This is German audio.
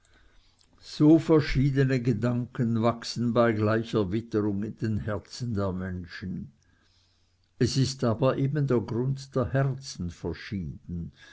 so verschiedene gedanken wachsen bei gleicher witterung in den herzen der menschen es ist aber eben der grund der herzen verschieden